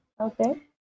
Okay